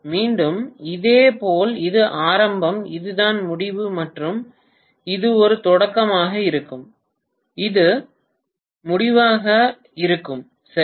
மீண்டும் இதேபோல் இது ஆரம்பம் இதுதான் முடிவு மற்றும் இது ஒரு தொடக்கமாக இருக்கும் இது முடிவாக இருக்கும் சரி